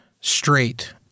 straight